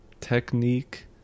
technique